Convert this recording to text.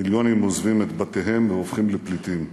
מיליונים עוזבים את בתיהם והופכים לפליטים.